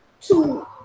two